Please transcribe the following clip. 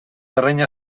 terreny